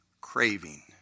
craving